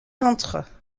entre